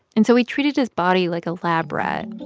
and so he treated his body like a lab rat.